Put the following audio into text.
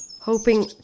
hoping